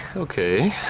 okayyy.